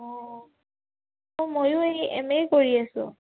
অঁ অ' ময়ো এই এম এই কৰি আছোঁ